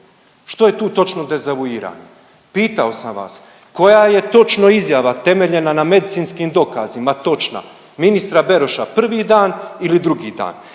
Što je tu točno dezavuiranje? Pitao sam vas koja je točno izjava temeljena na medicinskim dokazima točna, ministra Beroša prvi dan ili drugi dan.